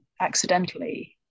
accidentally